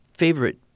favorite